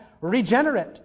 regenerate